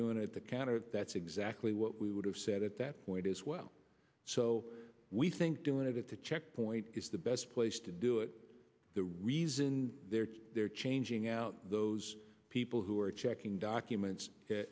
doing it at the counter that's exactly what we would have said at that point as well so we think doing it at the checkpoint is the best place to do it the reason they're changing out those people who are checking documents